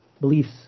beliefs